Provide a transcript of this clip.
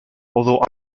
although